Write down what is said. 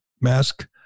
mask